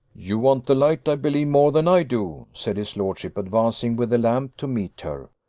you want the light, i believe, more than i do, said his lordship, advancing with the lamp to meet her.